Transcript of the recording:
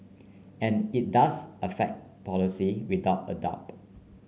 and it does affect policy without a doubt